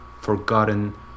Forgotten